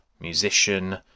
musician